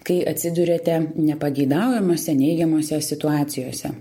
kai atsiduriate nepageidaujamose neigiamose situacijose